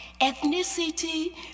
ethnicity